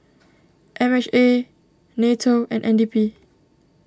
M H A Nato and N D P